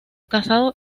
casado